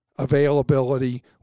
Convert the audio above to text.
availability